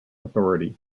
authority